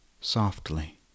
softly